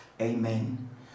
Amen